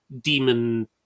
demon